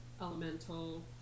elemental